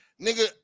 nigga